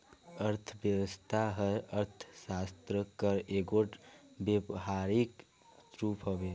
अर्थबेवस्था हर अर्थसास्त्र कर एगोट बेवहारिक रूप हवे